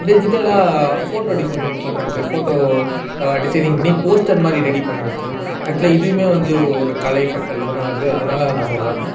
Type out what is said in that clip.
டிஜிட்டல்லாக photo designing பண்ணுறது photo designing பண்ணி poster மாதிரி ரெடி பண்ணுறது ஆக்சுவலாக இதுவுமே வந்து ஒரு கலை ஃபேக்டர்லதானே வருது அதனால் அதை நான் சொல்கிறேன்